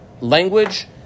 language